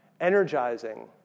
energizing